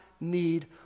need